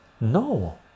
no